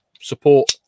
support